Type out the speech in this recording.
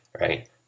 right